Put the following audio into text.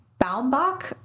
Baumbach